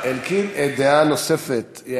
דעה נוספת, יעל כהן-פארן.